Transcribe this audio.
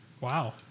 Wow